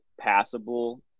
passable